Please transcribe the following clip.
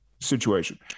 situation